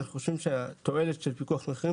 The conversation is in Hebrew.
אנחנו חושבים שהתועלת של פיקוח מחירים,